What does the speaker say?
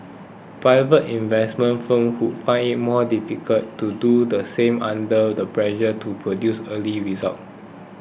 private investment firms would find it more difficult to do the same under the pressure to produce early results